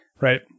right